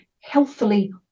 healthfully